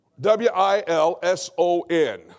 W-I-L-S-O-N